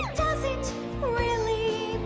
doesn't really